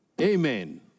amen